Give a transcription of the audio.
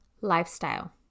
lifestyle